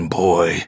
boy